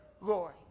Lord